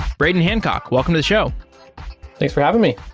braden hancock, welcome to the show thanks for having me.